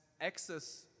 access